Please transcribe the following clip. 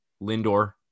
Lindor